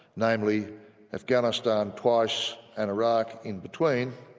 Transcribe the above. namely afghanistan twice and iraq in between,